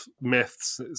myths